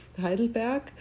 Heidelberg